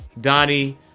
Donnie